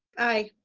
aye.